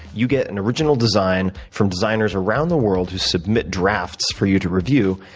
you get an original design from designers around the world who submit drafts for you to review.